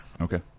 Okay